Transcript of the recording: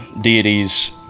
deities